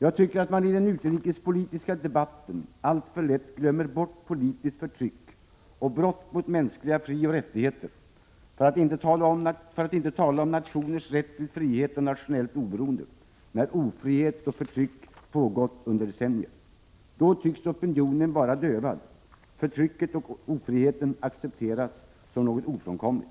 Jag tycker att man i den utrikespolitiska debatten alltför lätt glömmer bort politiskt förtryck och brott mot mänskliga frioch rättigheter, för att inte tala om nationers rätt till frihet och nationellt oberoende, när ofrihet och förtryck pågått under decennier. Då tycks opionen vara dövad — förtrycket och ofriheten accepteras som något ofrånkomligt.